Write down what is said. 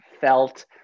felt